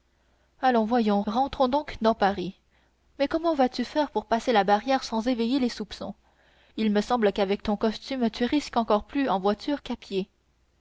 allons voyons rentrons donc dans paris mais comment vas-tu faire pour passer la barrière sans éveiller les soupçons il me semble qu'avec ton costume tu risques encore plus en voiture qu'à